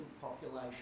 population